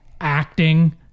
acting